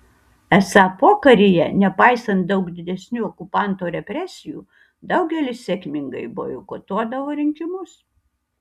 esą pokaryje nepaisant daug didesnių okupanto represijų daugelis sėkmingai boikotuodavo rinkimus